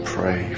Pray